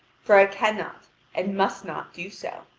for i cannot and must not do so.